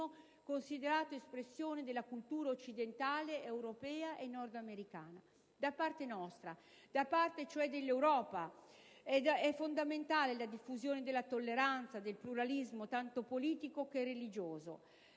considerato espressione della cultura occidentale, europea e nord americana. Da parte nostra, da parte cioè dell'Europa, del Nord America e di Israele, è fondamentale la diffusione della tolleranza, del pluralismo tanto politico che religioso.